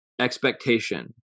expectation